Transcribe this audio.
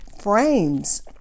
Frames